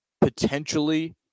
potentially